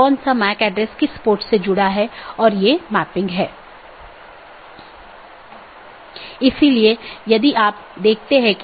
तो मैं AS1 से AS3 फिर AS4 से होते हुए AS6 तक जाऊँगा या कुछ अन्य पाथ भी चुन सकता हूँ